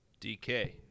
DK